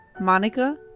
Monica